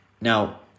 Now